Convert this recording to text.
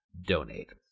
donate